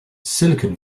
silicon